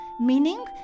Meaning